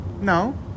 No